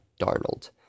Darnold